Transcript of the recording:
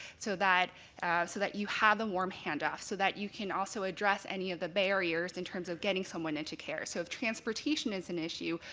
so so that you have the warm handoff, so that you can also address any of the barriers in terms of getting someone into care, so if transportation is an issue,